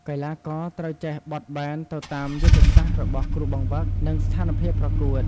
កីឡាករត្រូវចេះបត់បែនទៅតាមយុទ្ធសាស្ត្ររបស់គ្រូបង្វឹក និងស្ថានភាពប្រកួត។